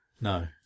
No